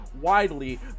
widely